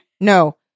No